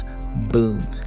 boom